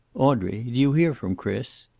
audrey, do you hear from chris?